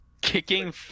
Kicking